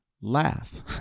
laugh